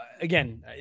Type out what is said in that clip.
again